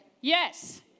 Yes